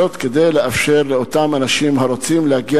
כדי לאפשר לאותם אנשים הרוצים להגיע